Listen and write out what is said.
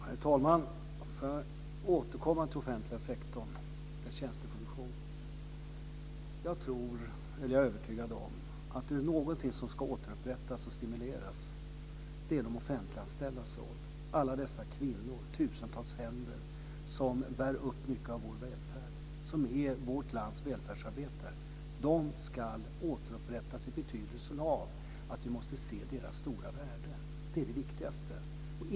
Herr talman! Jag vill återkomma till den offentliga sektorns tjänsteproduktion. Jag är övertygad om att är det någonting som ska återupprättas och stimuleras så är det de offentliganställdas roll, alla dessa tusentals kvinnors händer som bär upp mycket av vår välfärd. De är våra välfärdsarbetare, och de ska återupprättas i betydelsen av att vi måste se deras stora värde. Det är det viktigaste.